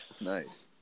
Nice